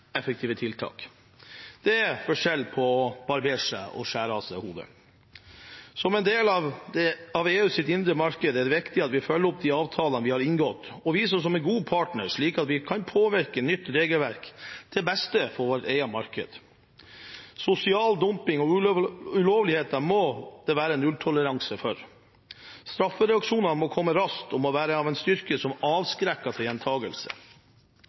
Det er forskjell på å barbere seg og å skjære av seg hodet. Som en del av EUs indre marked er det viktig at vi følger opp de avtalene vi har inngått, og viser oss som en god partner, slik at vi kan påvirke nytt regelverk til beste for vårt eget marked. Sosial dumping og ulovligheter må det være nulltoleranse for. Straffereaksjonene må komme raskt og være av en slik styrke at de avskrekker gjentagelse.